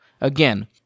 Again